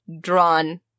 drawn